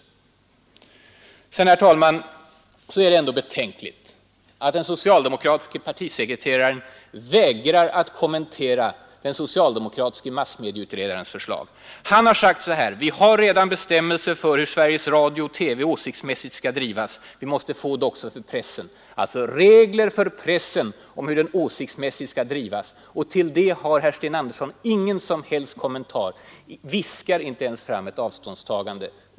Sedan är det ändå betänkligt att den socialdemokratiske partisekreteraren vägrar att kommentera den socialdemokratiske massmedieutredarens förslag. Herr Schein har sagt att vi redan har ”bestämmelser för hur Sveriges Radio-TV åsiktsmässigt skall drivas. Vi måste få det också för pressen”, alltså regler för hur pressen ”åsiktsmässigt skall drivas”. Till detta har herr Sten Andersson inga som helst kommentarer och viskar inte ens fram ett avståndstagande.